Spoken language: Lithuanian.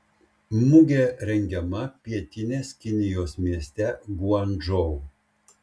mugė rengiama pietinės kinijos mieste guangdžou